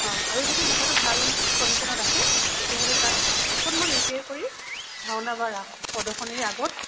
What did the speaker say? অঁ আৰু যদি মুখাটো ভাল কণ্ডিশ্যনত আছে তেতিয়াহ'লে তাক অকণমান ৰিপেয়াৰ কৰি ভাওনা বা ৰাস প্ৰদৰ্শনীৰ আগত